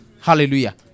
Hallelujah